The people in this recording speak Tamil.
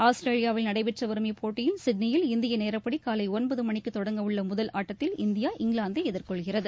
ஆஸ்திரேலியாவில் நடைபெற்று வரும் இப்போட்டியில் சிட்னியில் இந்திய நேரப்படி காலை ஒன்பது மணிக்கு தொடங்க உள்ள முதல் ஆட்டத்தில் இந்தியா இங்கிலாந்தை எதிர்கொள்கிறது